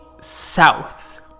south